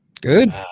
Good